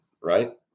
Right